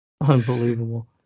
Unbelievable